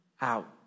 out